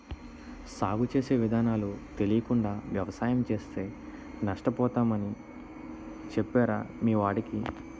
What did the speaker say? సాగు చేసే విధానాలు తెలియకుండా వ్యవసాయం చేస్తే నష్టపోతామని చెప్పరా మీ వాడికి